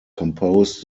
composed